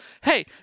hey